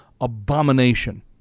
abomination